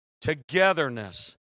togetherness